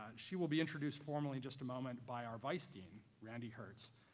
she will be introduced formally just a moment by our vice dean randy hertz,